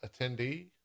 attendee